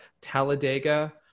Talladega